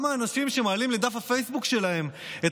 האנשים שמעלים לדף הפייסבוק שלהם את